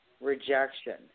rejection